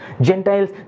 Gentiles